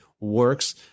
works